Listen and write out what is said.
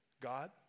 God